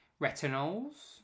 retinols